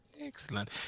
Excellent